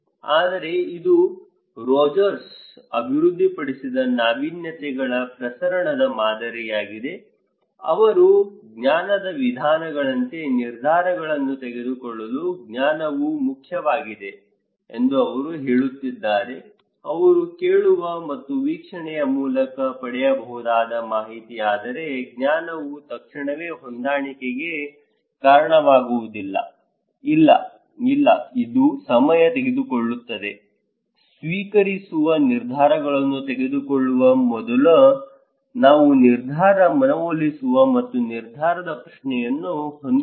ಆದರೆ ಇದು ರೋಜರ್ಸ್ ಅಭಿವೃದ್ಧಿಪಡಿಸಿದ ನಾವೀನ್ಯತೆಗಳ ಪ್ರಸರಣದ ಮಾದರಿಯಾಗಿದೆ ಅವರು ಜ್ಞಾನದ ವಿಧಾನಗಳಂತಹ ನಿರ್ಧಾರಗಳನ್ನು ತೆಗೆದುಕೊಳ್ಳಲು ಜ್ಞಾನವು ಮುಖ್ಯವಾಗಿದೆ ಎಂದು ಅವರು ಹೇಳುತ್ತಿದ್ದಾರೆ ನಾವು ಕೇಳುವ ಮತ್ತು ವೀಕ್ಷಣೆಯ ಮೂಲಕ ಪಡೆಯಬಹುದಾದ ಮಾಹಿತಿ ಆದರೆ ಜ್ಞಾನವು ತಕ್ಷಣವೇ ಹೊಂದಾಣಿಕೆಗೆ ಕಾರಣವಾಗುವುದಿಲ್ಲ ಇಲ್ಲ ಇಲ್ಲ ಇದು ಸಮಯ ತೆಗೆದುಕೊಳ್ಳುತ್ತದೆ ಸ್ವೀಕರಿಸುವ ನಿರ್ಧಾರಗಳನ್ನು ತೆಗೆದುಕೊಳ್ಳುವ ಮೊದಲು ನಾವು ನಿರ್ಧಾರ ಮನವೊಲಿಸುವ ಮತ್ತು ನಿರ್ಧಾರದ ಪ್ರಶ್ನೆಯನ್ನು ಹೊಂದಿರಬೇಕು